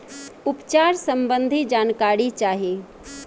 उपचार सबंधी जानकारी चाही?